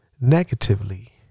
negatively